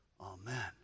Amen